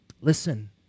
Listen